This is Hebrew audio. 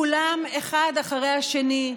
כולם אחד אחרי השני,